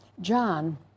John